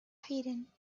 hidden